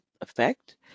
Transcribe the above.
effect